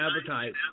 advertise